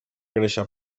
créixer